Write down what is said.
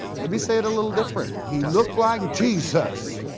let me say it a little different, he looked like jesus.